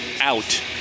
Out